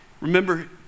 Remember